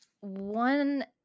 One